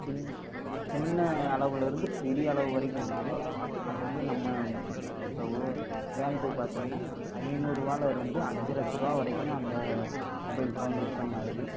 சின் சின்ன அளவிலிருந்து பெரிய அளவு வரைக்கும் இருக்குது அது வந்து நம்ம இப்போ உ உதாரணத்துக்கு பார்த்தீங்கன்னா ஐநூறுவாலிருந்து அஞ்சு லட்சம் ரூபா வரைக்கும் அந்த மொபைல் ஃபோன் விற்பனையாகுது